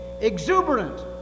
exuberant